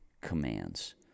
commands